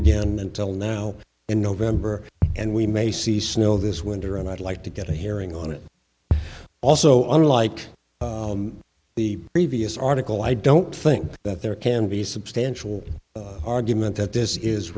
again until now in november and we may see snow this winter and i'd like to get a hearing on it also unlike the previous article i don't think that there can be substantial argument that this is